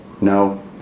No